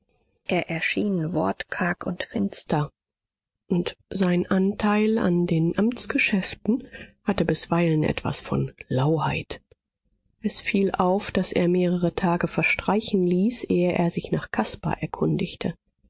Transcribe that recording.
er erschien wortkarg und finster und sein anteil an den amtsgeschäften hatte bisweilen etwas von lauheit es fiel auf daß er mehrere tage verstreichen ließ ehe er sich nach caspar erkundigte